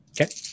Okay